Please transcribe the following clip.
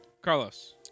Carlos